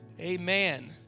Amen